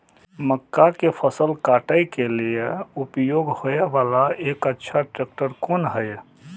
मक्का के फसल काटय के लिए उपयोग होय वाला एक अच्छा ट्रैक्टर कोन हय?